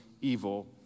evil